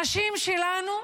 הנשים שלנו,